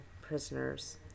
prisoners